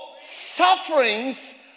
sufferings